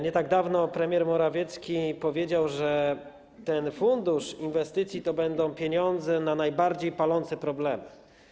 Nie tak dawno premier Morawiecki powiedział, że ten fundusz inwestycji to będą pieniądze na najbardziej palące problemy.